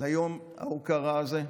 ליום ההוקרה הזה.